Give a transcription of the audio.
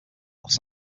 los